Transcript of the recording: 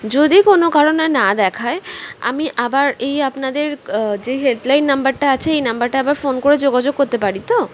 যদি কোনো কারণে না দেখায় আমি আবার এই আপনাদের যে হেল্পলাইন নাম্বারটা আছে এই নাম্বারটা আবার ফোন করে যোগাযোগ করতে পারি তো